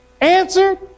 answered